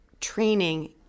training